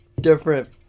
different